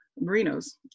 Merino's